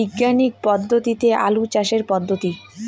বিজ্ঞানিক পদ্ধতিতে আলু চাষের পদ্ধতি?